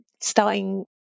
starting